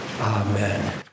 Amen